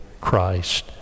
Christ